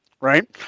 right